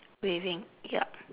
waving ya